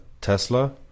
Tesla